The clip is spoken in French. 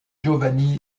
giovanni